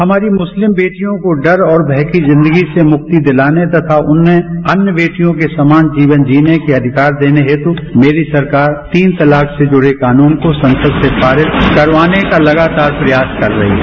हमारी मुस्लिम बेटियों को डर और भय की जिंदगी से मुक्ति दिलाने तथा उन्हें अन्य बेटियों के समान जीवन जीने के अधिकार देने हेतु मेरी सरकार तीन तलाक स जुड़ कानून का ससद स पारित करवान का लगातार प्रयास कर रही है